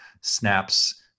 snaps